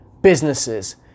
businesses